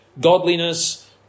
godliness